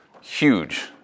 Huge